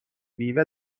میوه